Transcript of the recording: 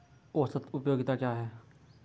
औसत उपयोगिता क्या है?